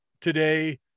today